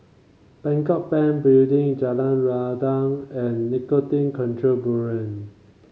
Bangkok Bank Building Jalan Rendang and Narcotin Control Bureau